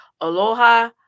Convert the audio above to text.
Aloha